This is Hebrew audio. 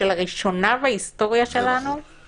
שלראשונה בהיסטוריה שלנו -- זה נכון.